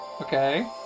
Okay